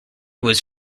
was